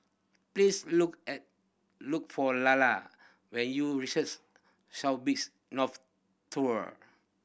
please look at look for Lalla when you reaches South Beach North Tower